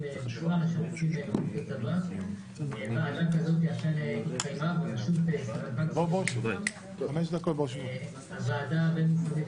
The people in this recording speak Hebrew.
בין-משרדית --- ועדה שכזו אכן התקיימה ברשות --- הוועדה הבין-משרדית